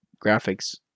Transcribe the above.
graphics